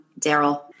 Daryl